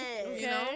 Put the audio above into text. Okay